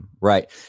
Right